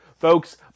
Folks